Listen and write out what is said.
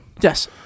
Yes